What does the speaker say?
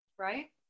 Right